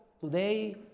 today